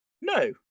no